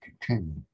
continue